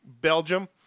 Belgium